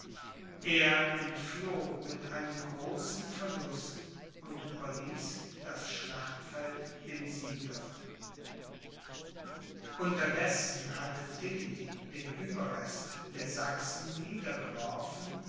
er entfloh mit einem großen verlust und überließ das schlachtfeld dem sieger unterdessen hatte tilly den ueberrest der sachsen